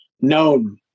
known